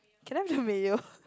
can I have the mayo